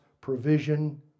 provision